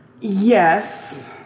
Yes